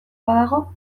badago